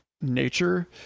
nature